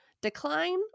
Decline